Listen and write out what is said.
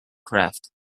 craft